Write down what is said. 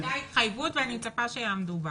הייתה התחייבות ואני מצפה שיעמדו בה.